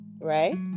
right